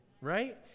right